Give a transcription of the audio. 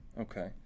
Okay